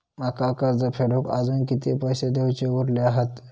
माका कर्ज फेडूक आजुन किती पैशे देऊचे उरले हत?